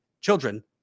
children